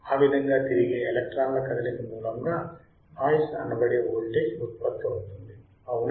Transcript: ఆ విధముగా తిరిగే ఎలక్ట్రాన్ల కదలిక మూలముగా నాయిస్ అనబడే వోల్టేజ్ ఉత్పత్తి అవుతుంది అవునా